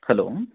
hello